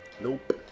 Nope